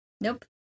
Nope